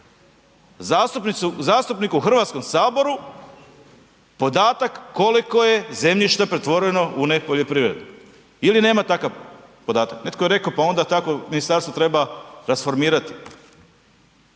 zastupniku u HS-u podatak koliko je zemljišta pretvoreno u nepoljoprivredno. Ili nema takav podatak. Netko je rekao, pa onda takvo ministarstvo treba transformirati.